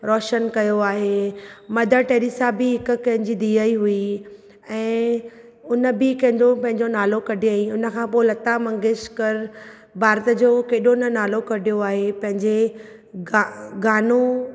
रोशन कयो आहे Mother Teresa बि हिकु कंहिंजी धीअ ई हुई ऐं हुन बि कंहिंजो पंहिंजो नालो कढियईं उनखां पोइ लता मंगेशकर भारत जो केॾो न नालो कढियो आहे पंहिंजे गा गानो